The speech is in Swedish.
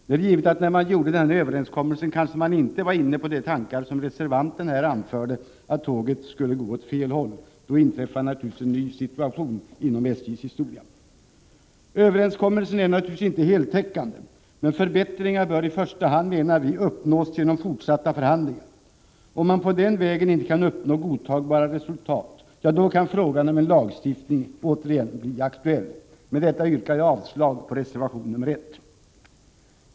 Det är givet att man när man träffade överenskommelsen kanske inte var inne på de tankar som reservanten här anförde, nämligen att tåget skulle gå åt fel håll — då inträffar naturligtvis en ny situation i SJ:s historia. Överenskommelsen är naturligtvis inte heltäckande, men förbättringar bör i första hand uppnås genom fortsatta förhandlingar. Om man på den vägen inte kan uppnå godtagbara resultat kan frågan om en lagstiftning återigen bli aktuell. Med detta yrkar jag avslag på reservation nr 1.